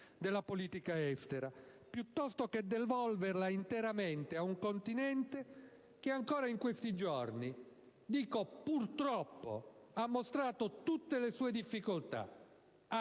della politica estera, piuttosto che devolverla interamente a un continente che ancora in questi giorni - dico purtroppo - ha mostrato tutte le sue difficoltà